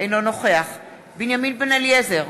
אינו נוכח בנימין בן-אליעזר,